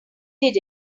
did